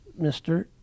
mr